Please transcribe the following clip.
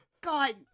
god